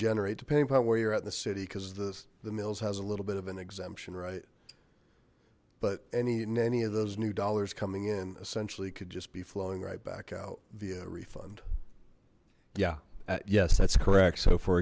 generate depending upon where you're at in the city because the the mills has a little bit of an exemption right but any any of those new dollars coming in essentially could just be flowing right back out via refund yeah yes that's correct so for